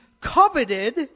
coveted